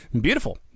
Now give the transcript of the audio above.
Beautiful